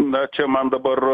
na čia man dabar